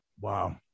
Wow